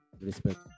Respect